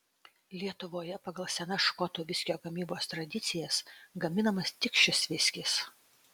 lietuvoje pagal senas škotų viskio gamybos tradicijas gaminamas tik šis viskis